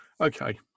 okay